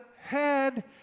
head